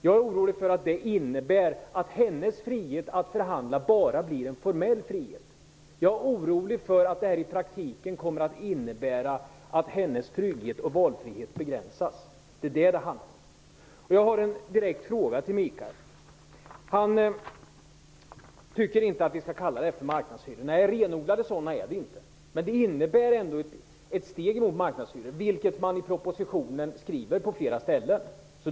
Jag är orolig för att det innebär att hennes frihet att förhandla bara blir en formell frihet. Jag är orolig för att det här i praktiken kommer att innebära att hennes trygghet och valfrihet begränsas. Det är detta det handlar om. Jag har en direkt fråga till Mikael Odenberg. Han tycker inte att vi skall kalla detta för marknadshyror, och det är inte renodlade sådana. Men detta innebär ändå ett steg emot marknadshyror, vilket man också skriver på flera ställen i propositionen.